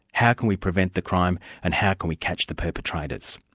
how can we prevent the crime and how can we catch the perpetrators?